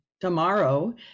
tomorrow